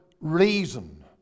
reason